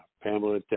Pamela